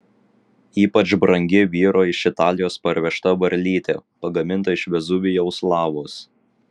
ypač brangi vyro iš italijos parvežta varlytė pagaminta iš vezuvijaus lavos